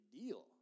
deal